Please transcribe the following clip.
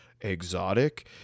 exotic